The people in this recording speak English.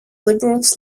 liberals